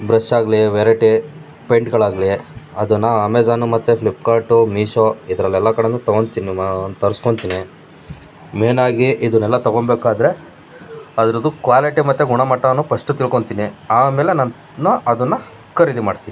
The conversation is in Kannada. ಬ್ರಷ್ಷಾಗಲಿ ವೆರೈಟಿ ಪೇಂಯ್ಟ್ಗಳಾಗಲಿ ಅದನ್ನು ಅಮೆಜಾನು ಮತ್ತು ಫ್ಲಿಪ್ಕಾರ್ಟು ಮೀಶೋ ಇದರಲ್ಲೆಲ್ಲ ಕಡೆಯೂ ತೊಗೊಂತೀನಿ ಮಾ ತರ್ಸ್ಕೊಳ್ತೀನಿ ಮೇನಾಗಿ ಇದನ್ನೆಲ್ಲ ತೊಗೊಂಬೇಕಾದ್ರೆ ಅದ್ರದ್ದು ಕ್ವಾಲಿಟಿ ಮತ್ತು ಗುಣಮಟ್ಟನೂ ಪಸ್ಟು ತಿಳ್ಕೊಳ್ತೀನಿ ಆಮೇಲೆ ನಾನು ಅದನ್ನು ಖರೀದಿ ಮಾಡ್ತೀನಿ